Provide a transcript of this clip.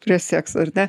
prie sekso ar ne